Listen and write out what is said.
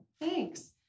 thanks